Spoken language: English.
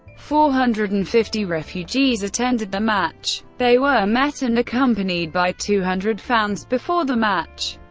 four hundred and fifty refugees attended the match, they were met and accompanied by two hundred fans before the match.